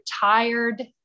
tired